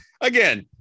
again